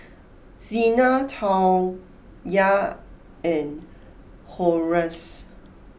Zina Tawnya and Horace